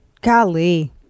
Golly